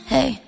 Hey